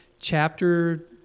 chapter